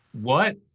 what?